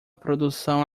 produção